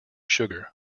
sugar